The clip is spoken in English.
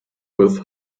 with